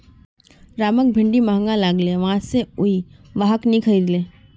रामक भिंडी महंगा लागले वै स उइ वहाक नी खरीदले